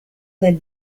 del